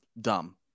dumb